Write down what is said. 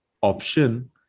option